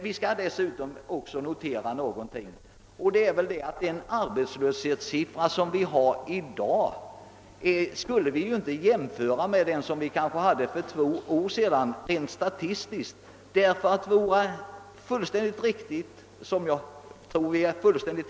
Vi skall dessutom också notera att vi inte rent statistiskt skall jämföra den arbetslöshetssiffra vi i dag har med den som vi hade för två år sedan.